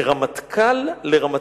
מרמטכ"ל לרמטכ"ל".